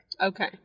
Okay